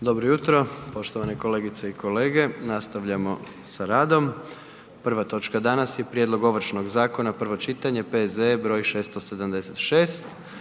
Dobro jutro, poštovane kolegice i kolege. Nastavljamo sa radom. Prva točka danas je: - Prijedlog ovršnog zakona, prvo čitanje, P.Z.E br. 676